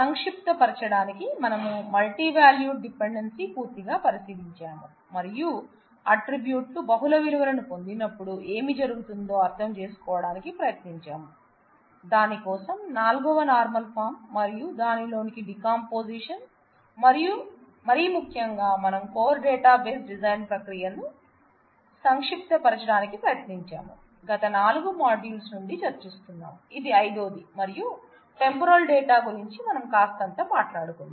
సంక్షిప్తీకరించడానికి మనం multi valued dependency గురించి మనం కాస్తంత మాట్లాడుకున్నాం